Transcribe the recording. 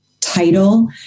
title